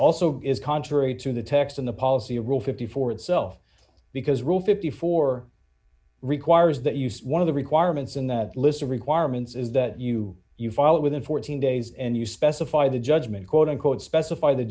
also is contrary to the text in the policy of rule fifty four itself because rule fifty four dollars requires that use one of the requirements in that list of requirements is that you you follow within fourteen days and you specify the judgment quote unquote specify the